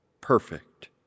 perfect